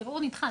ערעור נדחה.